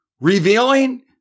Revealing